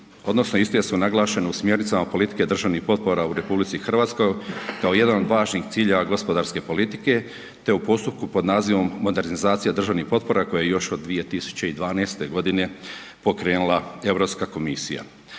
odnosno iste su naglašene u smjernicama politike državnih potpora u RH kao jedan od važnih ciljeva gospodarske politike te u postupku pod nazivom modernizacija državnih potpora koje je još od 2012. godine pokrenula Europska komisija.